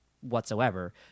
whatsoever